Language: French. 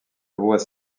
voit